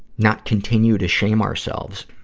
not continue to shame ourselves,